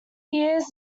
years